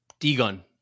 D-Gun